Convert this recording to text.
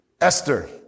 Esther